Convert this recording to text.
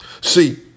See